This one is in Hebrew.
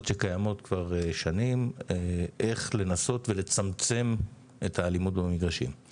שקיימות כבר שנים איך לנסות ולצמצם את האלימות במגרשים.